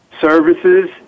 Services